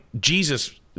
Jesus